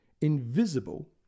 invisible